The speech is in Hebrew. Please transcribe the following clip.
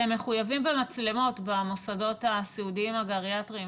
אתם מחויבים במצלמות במוסדות הסיעודיים הגריאטריים.